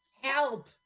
help